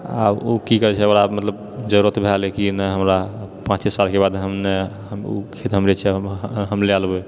आ ओ करैत छै ओकरा मतलब जरुरत भेल कि नहि हमरा पांँचे सालके बाद हम ओ खेत हम लए लेबै